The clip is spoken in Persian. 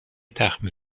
تخمیر